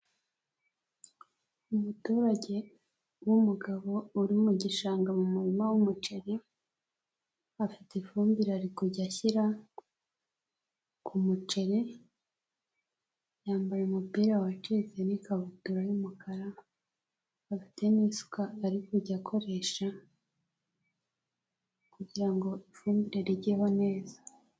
Umuturage w'umugabo uri mu gishanga mu murima w'umuceri, afite ifumbire ari kujya ashyira ku muceri, yambaye umupira wacitse n'ikabutura y'umukara, afite n'isuka ari kujya akoresha kugira ngo ifumbire rijyeho neza.